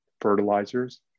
fertilizers